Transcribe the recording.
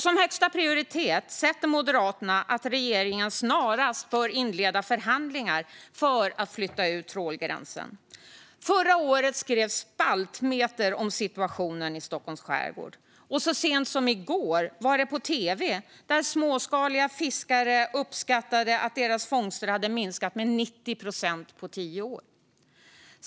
Som högsta prioritet sätter Moderaterna att regeringen snarast bör inleda förhandlingar för att flytta ut trålgränsen. Förra året skrevs spaltmeter om situationen i Stockholms skärgård. Så sent som i går kom frågan upp på tv, och småskaliga fiskare uppskattade att deras fångster hade minskat med 90 procent på tio år.